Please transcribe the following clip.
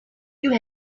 you